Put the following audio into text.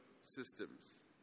systems